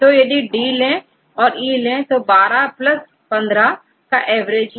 तो यदि D ले औरE तो 12 15 का एवरेज है